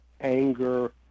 anger